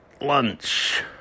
lunch